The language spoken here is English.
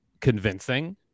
convincing